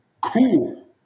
cool